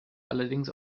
allerdings